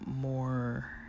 more